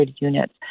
units